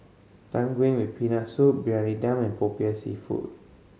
Tang Yuen with Peanut Soup Briyani Dum and Popiah Seafood